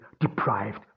deprived